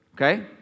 okay